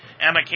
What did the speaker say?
Emma